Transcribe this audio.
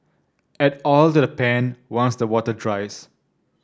add oil to the pan once the water dries